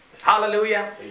Hallelujah